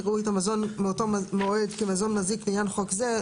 יראו את המזון מאותו מועד כמזון מזיק לעניין חוק זה".